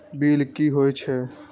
Bill की हौए छै?